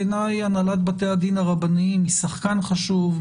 בעיניי הנהלת בתי הדין הרבניים היא שחקן חשוב,